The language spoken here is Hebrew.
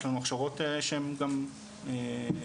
יש לנו הכשרות שהן גם הכשרות,